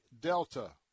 Delta